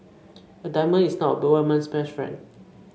a diamond is not a woman's best friend